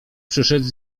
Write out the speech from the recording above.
przyszedł